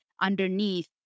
underneath